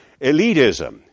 Elitism